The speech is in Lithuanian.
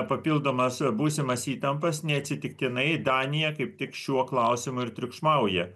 papildomas būsimas įtampas neatsitiktinai danija kaip tik šiuo klausimu ir triukšmauja